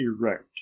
erect